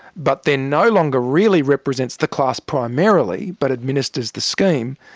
but then no longer really represents the class primarily but administers the scheme,